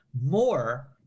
more